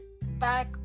back